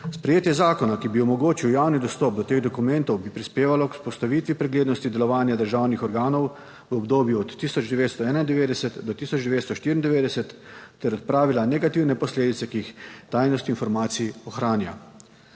Sprejetje zakona, ki bi omogočil javni dostop do teh dokumentov, bi prispevalo k vzpostavitvi preglednosti delovanja državnih organov v obdobju od 1991 do 1994 ter odpravila negativne posledice, ki jih tajnost informacij ohranja.